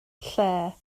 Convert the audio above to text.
lle